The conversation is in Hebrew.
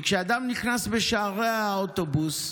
שכשאדם נכנס בשערי האוטובוס,